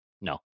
no